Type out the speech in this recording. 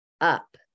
Up